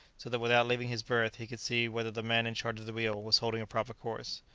so that without leaving his berth he could see whether the man in charge of the wheel was holding a proper course.